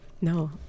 No